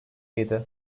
yedi